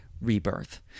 rebirth